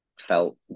felt